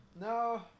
No